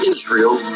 Israel